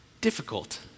difficult